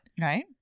Right